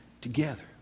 Together